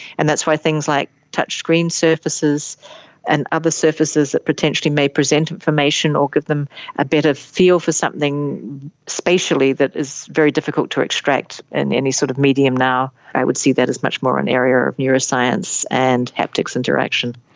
and that's why things like touchscreen surfaces and other surfaces that potentially may present information or give them ah a better feel for something spatially that is very difficult to extract in any sort of medium now, i would see that as much more an area of neuroscience and haptics interaction.